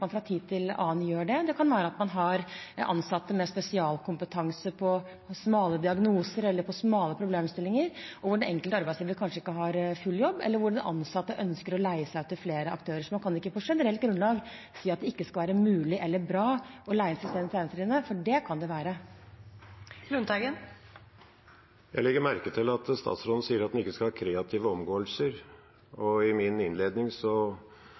enkelte arbeidstakere kanskje ikke har full jobb, eller at ansatte ønsker å leie seg ut til flere aktører. Så man kan ikke på generelt grunnlag si at det ikke skal være mulig eller bra å leie inn selvstendig næringsdrivende, for det kan det være. Per Olaf Lundteigen – til oppfølgingsspørsmål. Jeg legger merke til at statsråden sier at en ikke skal ha kreative omgåelser. I min innledning